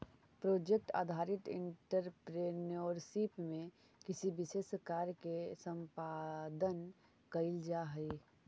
project आधारित entrepreneurship में किसी विशेष कार्य के संपादन कईल जाऽ हई